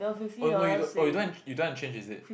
oh no you don't oh you don't want you don't want to change is it